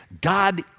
God